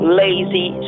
lazy